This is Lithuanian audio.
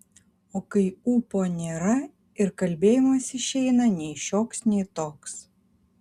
o kai ūpo nėra ir kalbėjimas išeina nei šioks nei toks